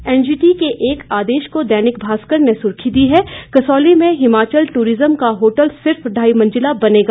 NGT के एक आदेश को दैनिक भास्कर ने सुर्खी दी है कसौली में हिमाचल ट्ररिज्म का होटल सिर्फ ढाई मंजिला बनेगा